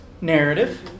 narrative